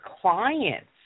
clients